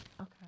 Okay